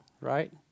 right